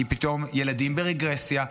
כי פתאום ילדים ברגרסיה,